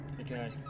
Okay